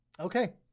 Okay